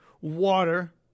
Water